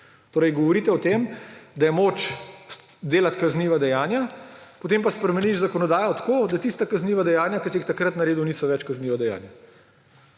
Torej govorite o tem, da je moč delati kazniva dejanja, potem pa spremeniš zakonodajo tako, da tista kazniva dejanja, ki si jih takrat naredil, niso več kazniva dejanja.